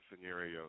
scenario